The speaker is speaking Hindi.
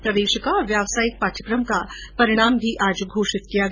प्रवेशिका और व्यावसायिक पाठ्यक्रम का परिणाम भी आज घोषित किया गया